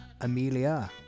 Amelia